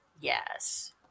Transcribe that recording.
Yes